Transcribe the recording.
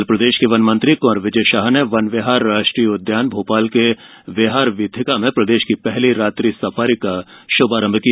कल प्रदेश के वन मंत्री कुंवर विजय शाह ने वन विहार राष्ट्रीय उद्यान भोपाल के विहार वीथिका में प्रदेश की पहली रात्रि सफारी के शुभारंभ किया